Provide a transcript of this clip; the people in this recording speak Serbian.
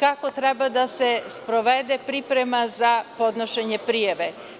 kako treba da se sprovede priprema za podnošenje prijave.